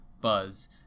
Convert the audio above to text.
buzz